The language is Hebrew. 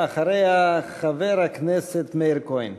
אחריה, חבר הכנסת מאיר כהן.